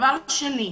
דבר שני,